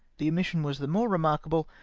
the omission was the more remarkable,